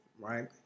right